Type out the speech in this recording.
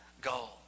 goal